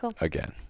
again